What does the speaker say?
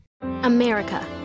america